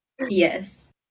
Yes